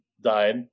died